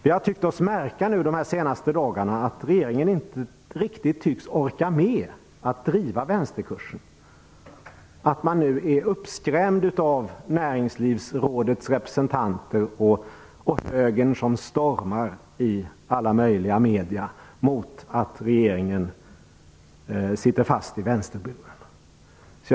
Vi har märkt de senaste dagarna att regeringen inte riktigt tycks orka med att driva vänsterkursen, att man nu är uppskrämd av Näringslivsrådets representanter och av högern, som i alla möjliga medier stormar mot att regeringen sitter fast i vänsterburen.